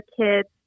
kids